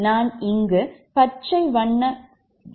நான் இங்கு பச்சை வண்ண வட்டமிட்டு காட்டி இருக்கிறேன்